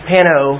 Pano